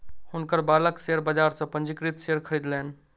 हुनकर बालक शेयर बाजार सॅ पंजीकृत शेयर खरीदलैन